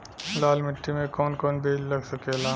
लाल मिट्टी में कौन कौन बीज लग सकेला?